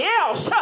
else